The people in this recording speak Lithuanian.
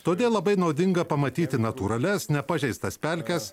todėl labai naudinga pamatyti natūralias nepažeistas pelkes